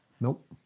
Nope